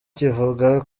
kivuga